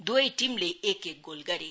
द्वै टीमले एक एक गोल गरे